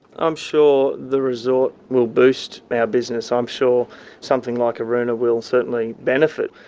i'm sure the resort will boost our business. i'm sure something like aroona will certainly benefit.